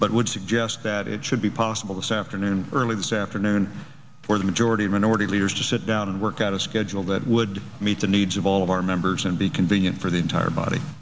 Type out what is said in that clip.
but would suggest that it should be possible this afternoon early this afternoon for the majority of minority leaders to sit down and work out a schedule that would meet the needs of all of our members and be convenient for the entire body